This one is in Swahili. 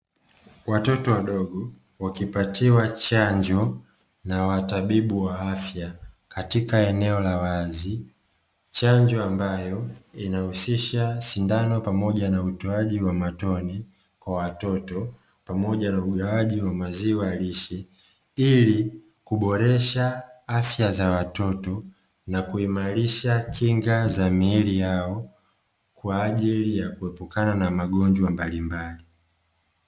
Watoto wadogo wakipatiwa chanjo na watabibu wa afya katika eneo la wazi chanjo, ambayo inahusisha sindano pamoja na utoaji wa matoni kwa watoto pamoja na ugawaji wa maziwa lishe, ili kuboresha afya za watoto na kuimarisha kinga za miili yao kwa ajili ya kuepukana na magonjwa mbalimbali.